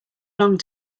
long